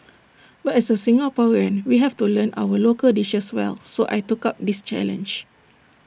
but as A Singaporean we have to learn our local dishes well so I took up this challenge